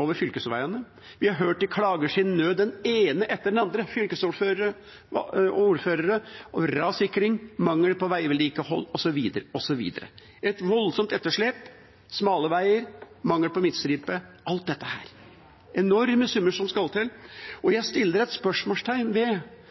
over fylkesveiene. Vi har hørt den ene etter den andre klage sin nød, både fylkesordførere og ordførere, over rassikring, mangel på veivedlikehold, osv. Det er et voldsomt etterslep, smale veier, mangel på midtstripe, alt dette her. Det er enorme summer som skal til. Jeg setter et spørsmålstegn ved